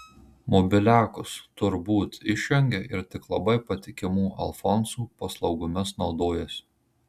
mobiliakus tur būt išjungia ir tik labai patikimų alfonsų paslaugomis naudojasi